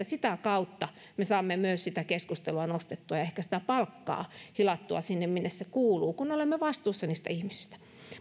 sitä kautta me saamme myös sitä keskustelua nostettua ja ehkä sitä palkkaa hilattua sinne minne se kuuluu kun olemme vastuussa niistä ihmisistä